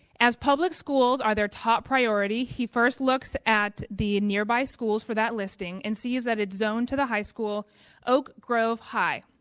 as public schools are their top priority he first looks for the nearby schools for that listing and sees that it's zoned to the high school oak grove high